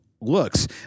looks